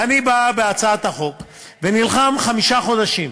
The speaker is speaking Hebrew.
ואני על הצעת החוק נלחם חמישה חודשים.